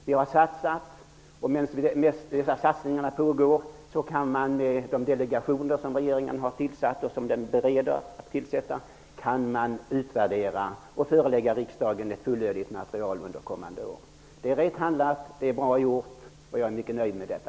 Medan satsningarna pågår kan de delegationer som regeringen har tillsatt, och som den bereder att tillsätta, göra utvärderingar. Sedan kan regeringen förelägga riksdagen ett fullödigt material under kommande år. Det är rätt handlat, det är bra gjort, och jag är mycket nöjd med detta.